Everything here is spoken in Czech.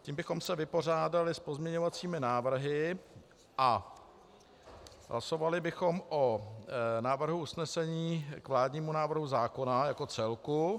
Tím bychom se vypořádali s pozměňovacími návrhy a hlasovali bychom o návrhu usnesení k vládnímu návrhu zákona jako celku.